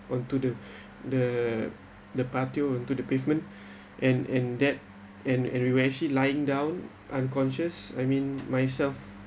onto the the the patio onto the pavement and and that and and we actually it lying down unconscious I mean myself